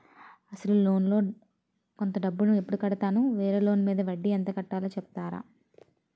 అసలు లోన్ లో కొంత డబ్బు ను ఎప్పుడు కడతాను? వేరే లోన్ మీద వడ్డీ ఎంత కట్తలో చెప్తారా?